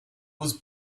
was